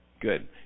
Good